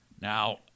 Now